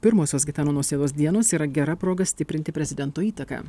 pirmosios gitano nausėdos dienos yra gera proga stiprinti prezidento įtaką